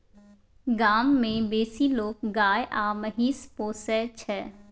गाम मे बेसी लोक गाय आ महिष पोसय छै